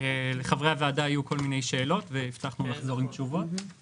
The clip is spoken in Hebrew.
לחברי הוועדה היו כל מיני שאלות שהבטחנו לחזור עליהן עם תשובות.